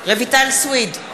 רויטל סויד,